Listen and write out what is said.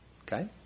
okay